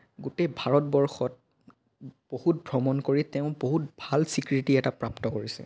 গোটেই ভাৰতবৰ্ষত বহুত ভ্ৰমণ কৰি তেওঁ বহুত ভাল স্বীকৃতি এটা প্ৰাপ্ত কৰিছে